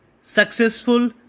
successful